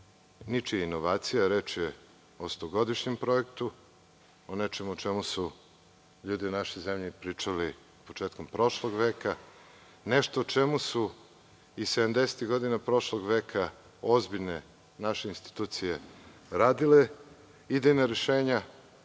ničija inovacija. Reč je o stogodišnjem projektu, o nečemu o čemu su ljudi u našoj zemlji pričali početkom prošlog veka, nešto o čemu su i 70-tih godina prošlog veka ozbiljne naše institucije radile idejna rešenja,